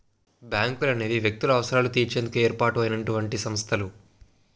బ్యాంకులనేవి వ్యక్తుల అవసరాలు తీర్చేందుకు ఏర్పాటు అయినటువంటి సంస్థలు